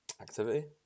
activity